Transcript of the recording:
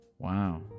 Wow